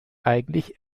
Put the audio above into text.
eigentlich